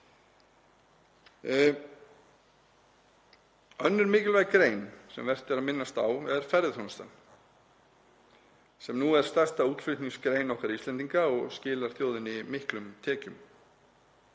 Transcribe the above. Önnur mikilvæg grein sem vert er að minnast á er ferðaþjónustan sem nú er stærsta útflutningsgrein okkar Íslendinga og skilar þjóðinni miklum tekjum.